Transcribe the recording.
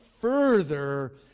further